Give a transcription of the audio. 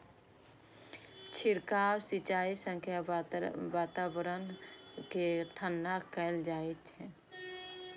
छिड़काव सिंचाइ सं वातावरण कें ठंढा कैल जाइ छै